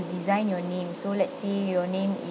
design your name so let's say your name is